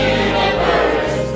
universe